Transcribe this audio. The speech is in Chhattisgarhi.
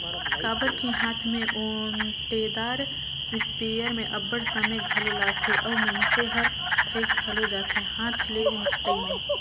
काबर कि हांथ में ओंटेदार इस्पेयर में अब्बड़ समे घलो लागथे अउ मइनसे हर थइक घलो जाथे हांथ ले ओंटई में